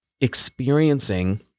experiencing